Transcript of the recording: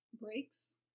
breaks